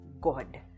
God